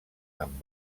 amb